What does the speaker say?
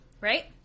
right